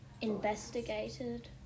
Investigated